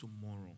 tomorrow